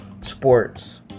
sports